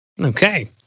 Okay